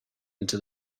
into